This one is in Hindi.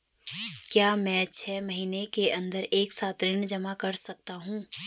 क्या मैं छः महीने के अन्दर एक साथ ऋण जमा कर सकता हूँ?